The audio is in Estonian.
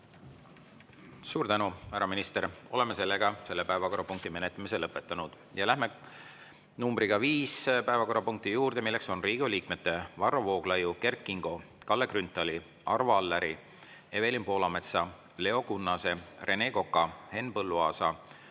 Suur tänu, härra minister! Oleme selle päevakorrapunkti menetlemise lõpetanud. Ja lähme numbriga 5 päevakorrapunkti juurde, milleks on Riigikogu liikmete Varro Vooglaiu, Kert Kingo, Kalle Grünthali, Arvo Alleri, Evelin Poolametsa, Leo Kunnase, Rene Koka, Henn Põlluaasa,